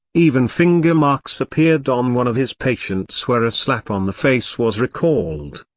even finger marks appeared on one of his patients where a slap on the face was recalled.